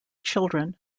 children